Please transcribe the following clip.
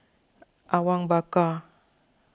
Awang Bakar